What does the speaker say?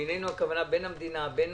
בינינו, הכוונה היא בין המדינה, בין